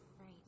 Right